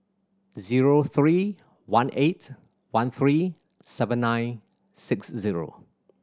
zero three one eight one three seven nine six zero